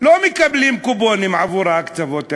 לא מקבלים קופונים עבור ההקצבות האלה.